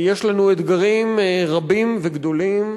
יש לנו אתגרים רבים וגדולים,